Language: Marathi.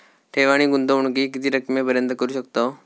ठेव आणि गुंतवणूकी किती रकमेपर्यंत करू शकतव?